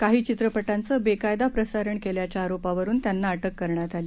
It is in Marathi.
काहीचित्रपटांचेबेकायदाप्रसारणकेल्याच्याआरोपावरूनत्यांनाअटककरण्यातआली